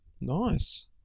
Nice